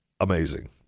amazing